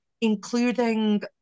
including